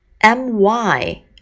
m-y